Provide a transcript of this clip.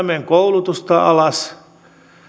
meidän koulutustamme alas